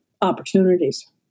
opportunities